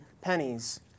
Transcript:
pennies